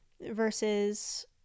versus